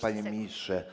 Panie Ministrze!